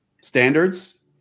standards